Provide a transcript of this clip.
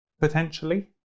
potentially